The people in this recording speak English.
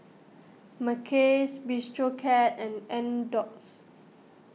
Mackays Bistro Cat and